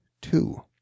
two